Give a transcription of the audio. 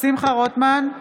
שמחה רוטמן,